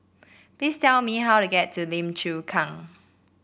please tell me how to get to Lim Chu Kang